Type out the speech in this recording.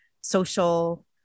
social